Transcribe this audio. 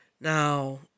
Now